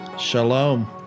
Shalom